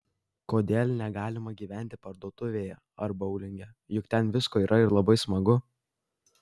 kodėl negalima gyventi parduotuvėje ar boulinge juk ten visko yra ir labai smagu